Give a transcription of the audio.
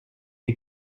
des